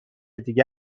دیگه